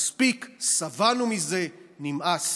מספיק, שבענו מזה, נמאס.